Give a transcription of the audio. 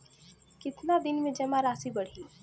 कितना दिन में जमा राशि बढ़ी?